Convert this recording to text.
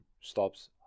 stops